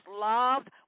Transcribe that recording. loved